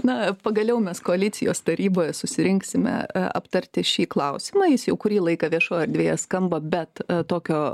na pagaliau mes koalicijos taryboje susirinksime aptarti šį klausimą jis jau kurį laiką viešoje erdvėje skamba bet tokio